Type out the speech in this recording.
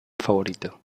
favorito